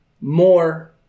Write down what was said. more